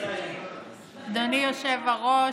אדוני היושב בראש,